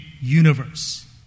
universe